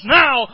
now